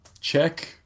check